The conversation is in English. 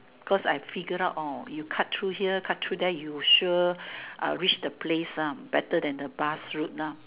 cause I figured out oh you cut through here cut through there you sure uh reach the place ah better than the bus route lah